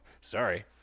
sorry